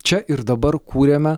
čia ir dabar kūrėme